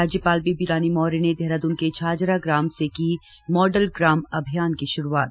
राज्यपाल बेबी रानी मौर्य ने देहरादून के झाझरा ग्राम से की मॉडल ग्राम अभियान की श्रुआत